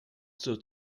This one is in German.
zur